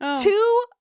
two